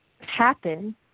happen